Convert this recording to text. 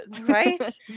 Right